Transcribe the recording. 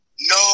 no